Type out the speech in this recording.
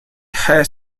has